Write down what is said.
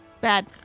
Bad